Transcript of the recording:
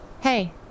Hey